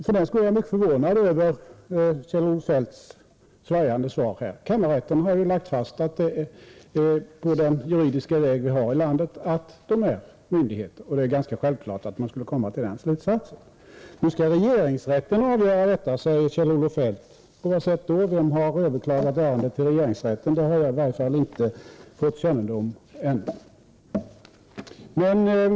För den skull är jag mycket förvånad över Kjell-Olof Feldts svajande svar här. Kammarrätten har ju lagt fast — och det är den juridiska väg vi har i landet — att löntagarfonderna är myndigheter, och det är ganska självklart att man skulle komma till den slutsatsen. Nu skall regeringsrätten avgöra detta, säger Kjell-Olof Feldt. På vad sätt då? Vem har överklagat ärendet till regeringsrätten? Det har i varje fall inte jag fått kännedom om ännu.